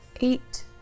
eight